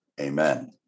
Amen